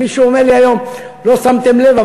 אז מישהו אומר לי היום: לא שמתם לב,